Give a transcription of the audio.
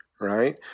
right